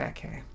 Okay